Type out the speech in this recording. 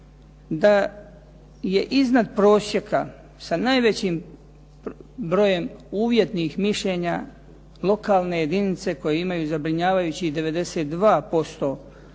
da je iznad prosjeka sa najvećim brojem uvjetnih mišljenja lokalne jedinice koje imaju zabrinjavajućih 92%,